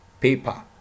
paper